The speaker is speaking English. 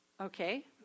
okay